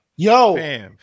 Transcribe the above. Yo